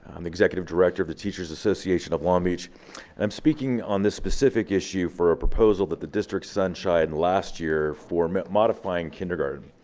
i'm executive director of the teacher's association of long beach and i'm speaking on this specific issue for a proposal that the district sun shied and last year for modifying kindergarten.